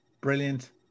brilliant